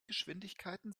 geschwindigkeiten